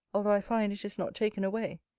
although i find it is not taken away.